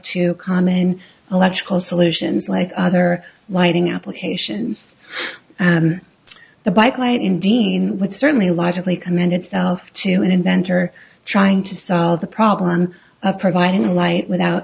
to common electrical solutions like other lighting applications and the bike light in dean would certainly logically commend it to an inventor trying to solve the problem of providing light without